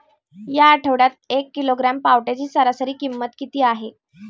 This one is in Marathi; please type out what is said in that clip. या आठवड्यात एक किलोग्रॅम पावट्याची सरासरी किंमत किती आहे?